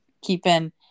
keeping